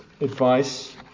advice